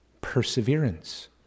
perseverance